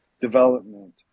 development